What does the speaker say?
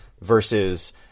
versus